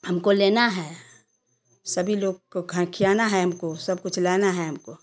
हमको लेना है सभी लोग को खँ खिलाना है हमको सब कुछ लेना है हमको